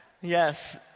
yes